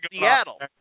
Seattle